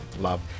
love